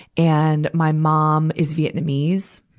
and my mom is vietnamese,